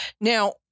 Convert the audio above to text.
Now